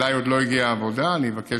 אליי עוד לא הגיעה העבודה, אני אבקש